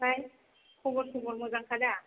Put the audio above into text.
ओमफ्राय खबर सबर मोजांखा दा